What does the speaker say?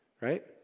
right